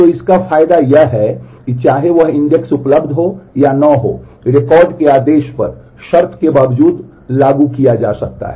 तो इसका फायदा यह है कि चाहे वह इंडेक्स उपलब्ध हो या न हो रिकॉर्ड के आदेश पर शर्त के बावजूद लागू किया जा सकता है